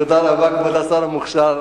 תודה רבה, כבוד השר המוכשר,